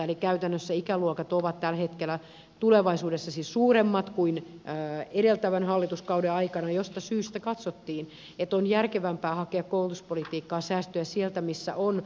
eli käytännössä ikäluokat ovat tällä hetkellä tulevaisuudessa siis suuremmat kuin edeltävän hallituskauden aikana josta syystä katsottiin että on järkevämpää hakea koulutuspolitiikkaan säästöjä sieltä missä on mahdollisuus niitä tehdä